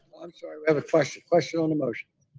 i'm sorry, we have a question. question on the motion.